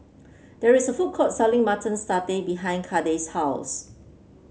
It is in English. there is a food court selling Mutton Satay behind Kade's house